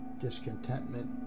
discontentment